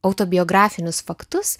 autobiografinius faktus